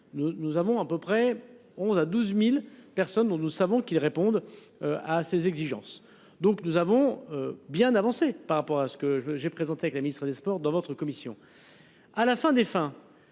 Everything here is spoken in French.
nous avons à peu près 11 à 12.000 personnes, dont nous savons qu'ils répondent à ses exigences. Donc nous avons bien avancé par rapport à ce que j'ai présenté avec la ministre des Sports dans votre commission.